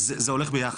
זה הולך ביחד,